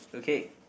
okay